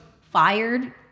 fired